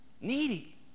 needy